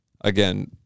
again